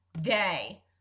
day